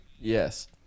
Yes